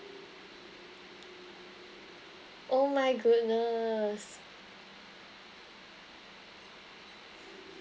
oh my goodness